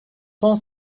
son